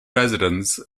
residents